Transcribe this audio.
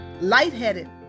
lightheaded